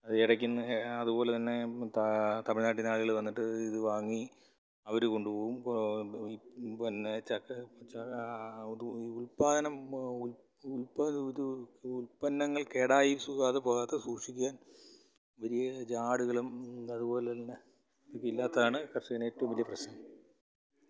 അത് ഇടയ്ക്കുനിന്ന് അതുപോലെ തന്നെ തമിഴ്നാട്ടിൽ നിന്ന് ആളുകൾ വന്നിട്ട് ഇത് വാങ്ങി അവർ കൊണ്ടുപോവും പിന്നെ ചക്ക ഉൽപാദനം ഉൽപ് ഇത് ഉല്പന്നങ്ങൾ കേടായി അത് പോകാതെ സൂക്ഷിക്കാൻ വലിയ ജാടുകളും അതുപോലെ തന്നെ ഇതില്ലാത്തതാണ് കർഷകന് ഏറ്റവും വലിയ പ്രശ്നം